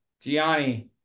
gianni